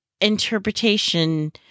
interpretation